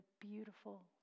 beautiful